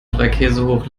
dreikäsehoch